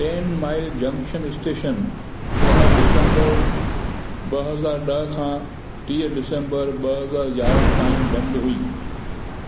ten mile junction station ॾह डिसंबर ॿ हज़ार ॾह खां टीह डिसंबर ॿ हज़ार यारहं ताईं बंदि हुई